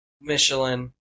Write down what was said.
michelin